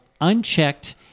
unchecked